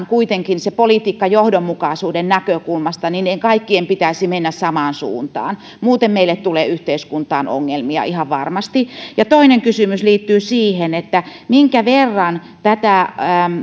kuitenkin politiikkajohdonmukaisuuden näkökulmasta niiden kaikkien pitäisi mennä samaan suuntaan muuten meille tulee yhteiskuntaan ongelmia ihan varmasti toinen kysymys liittyy siihen minkä verran